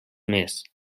més